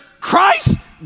Christ